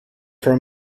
for